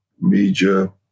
major